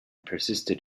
persisted